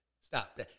stop